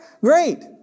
great